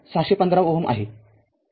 ६१५ Ω आहे